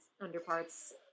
Underparts